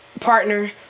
partner